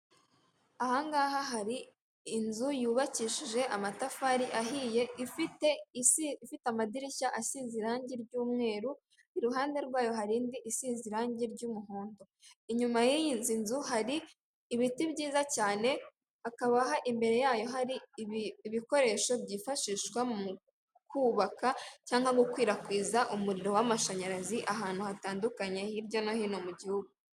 Ahangaha hari inzu yubakishije amatafari ahiye, ifite isi ifite amadirishya asinze irangi ry’umweru iruhande rwayo, harindi isize irangi ry’umuhondo inyuma y’iyi nzu. Inzu hari ibiti byiza cyane. Akabaha imbere yayo, hari ibikoresho byifashishwa mu kubaka cyangwa gukwirakwiza umuriro w’amashanyarazi ahantu hatandukanye hirya no hino mu gihugu.